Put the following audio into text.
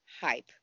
hype